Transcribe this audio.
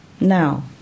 now